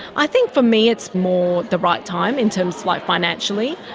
i think for me it's more the right time in terms, like, financially.